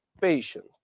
patient